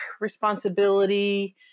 responsibility